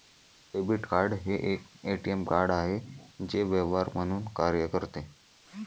debit card हे एक ATM card आहे जे व्यवहार म्हणून कार्य करते